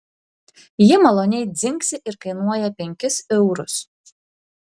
ji maloniai dzingsi ir kainuoja penkis eurus